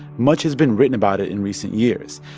much has been written about it in recent years.